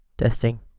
Testing